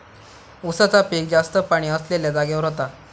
उसाचा पिक जास्त पाणी असलेल्या जागेवर होता